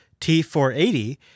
T480